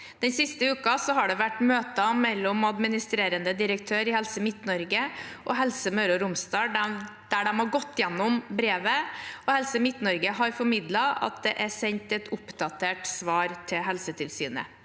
Den siste uken har det vært møter mellom administrerende direktør i Helse Midt-Norge og Helse Møre og Romsdal, der de har gått gjennom brevet, og Helse Midt-Norge har formidlet at det er sendt et oppdatert svar til Helsetilsynet.